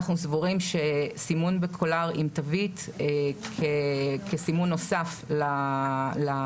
אנחנו סבורים שדי בסימון בקולר עם תווית כסימון נוסף לשבב.